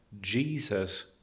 Jesus